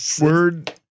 word